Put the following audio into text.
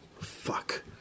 Fuck